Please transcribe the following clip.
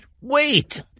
wait